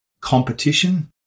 competition